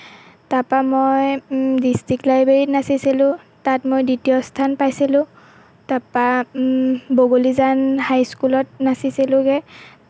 তাৰপৰা মই ডিষ্ট্ৰিক্ট লাইব্ৰেৰীত নাচিছিলোঁ তাত মই দ্বিতীয় স্থান পাইছিলোঁ তাৰপৰা বগলীজান হাইস্কুলত নাচিছিলোগৈ